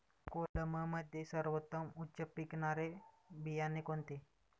कोलममध्ये सर्वोत्तम उच्च पिकणारे बियाणे कोणते?